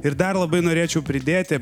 ir dar labai norėčiau pridėti